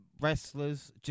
wrestlers